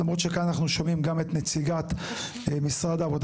למרות שכאן אנחנו שומעים גם את נציגת משרד העבודה